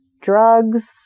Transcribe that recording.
Drugs